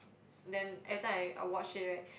s~ then every time I I watch it right